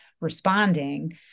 responding